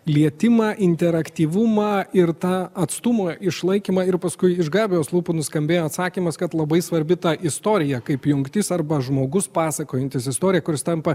lietimą interaktyvumą ir tą atstumo išlaikymą ir paskui iš gabijos lūpų nuskambėjo atsakymas kad labai svarbi ta istorija kaip jungtis arba žmogus pasakojantis istoriją kuris tampa